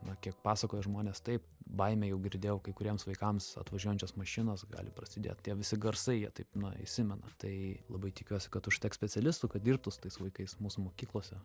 na kiek pasakojo žmonės taip baimę jau girdėjau kai kuriems vaikams atvažiuojančios mašinos gali prasidėt tie visi garsai jie taip na įsimena tai labai tikiuosi kad užteks specialistų kad dirbtų su tais vaikais mūsų mokyklose